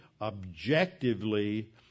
objectively